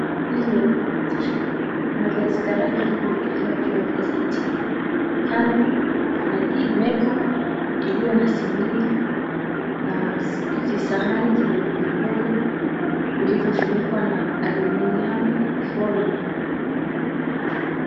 Hili ni eneo la biashara. Kuna viazi karai vilivyoekelewa juu ya gazeti. Kando kuna meko iliyo na sinia na visahani vidogo vidogo vilivyofunikwa na aluminium foil .